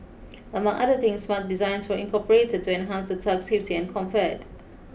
among other things smart designs were incorporated to enhance the tug's safety and comfort